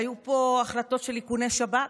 והיו פה החלטות על איכוני שב"כ.